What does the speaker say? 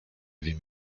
wiem